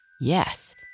Yes